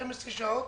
12 שעות.